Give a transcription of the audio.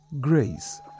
grace